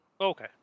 Okay